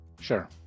Sure